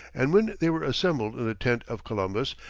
and when they were assembled in the tent of columbus,